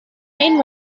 main